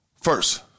first